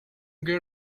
get